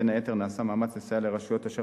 בין היתר נעשה מאמץ לסייע לרשויות אשר